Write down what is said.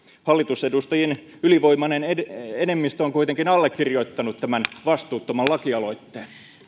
hallitusedustajien ylivoimainen enemmistö on kuitenkin allekirjoittanut tämän vastuuttoman lakialoitteen